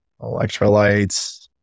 electrolytes